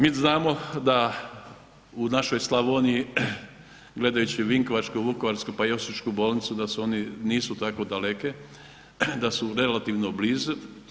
Mi znamo da u našoj Slavoniji gledajući vinkovačku, vukovarsku, pa i osječku bolnicu da one nisu tako daleke, da su relativno blizu.